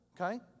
okay